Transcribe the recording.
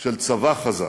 של צבא חזק.